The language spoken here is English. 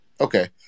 Okay